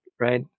Right